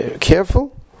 careful